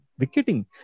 Wicketing